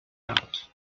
out